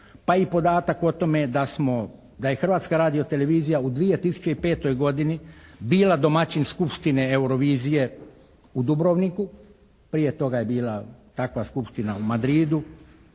pa i podatak o tome da smo, da je Hrvatska radio-televizija u 2005. godini bila domaćin skupštine Eurovizije u Dubrovniku. Prije toga je bila takva skupština u Madridu,